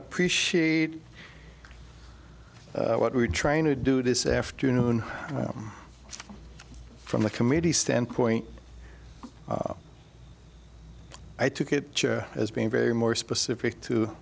appreciate what we're trying to do this afternoon from the committee standpoint i took it as being very more specific to